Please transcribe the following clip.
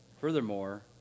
Furthermore